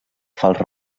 fals